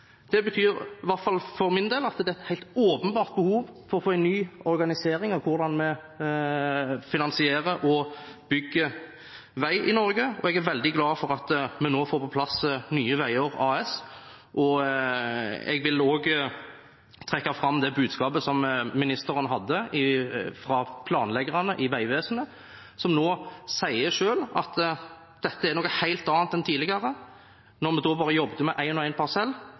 Det betyr, i hvert fall for min del, at det er et helt åpenbart behov for å få en ny organisering av hvordan en finansierer og bygger vei i Norge. Jeg er veldig glad for at vi nå får på plass Nye Veier AS. Jeg vil også trekke fram det budskapet som ministeren fikk fra planleggerne i Vegvesenet, som selv sier at dette er noe helt annet enn tidligere, da de bare jobbet med en og en parsell.